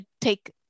take